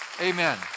Amen